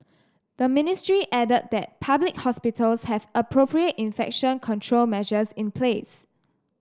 the ministry added that public hospitals have appropriate infection control measures in place